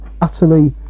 utterly